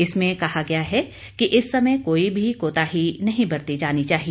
इसमें कहा गया है कि इस समय कोई भी कोताही नहीं बरती जानी चाहिए